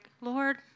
Lord